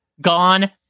gone